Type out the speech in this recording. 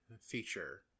feature